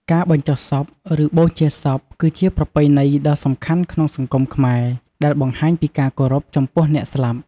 ការបញ្ចុះសព ឬបូជាសព គឺជាប្រពៃណីដ៏សំខាន់ក្នុងសង្គមខ្មែរ ដែលបង្ហាញពីការគោរពចំពោះអ្នកស្លាប់។